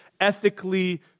ethically